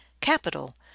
capital